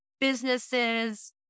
businesses